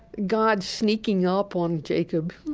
god sneaking up on jacob,